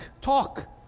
talk